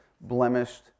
blemished